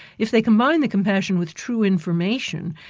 if they combine the compassion with true information,